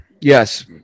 yes